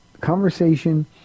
Conversation